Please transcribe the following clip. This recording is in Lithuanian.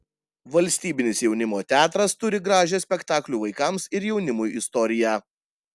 valstybinis jaunimo teatras turi gražią spektaklių vaikams ir jaunimui istoriją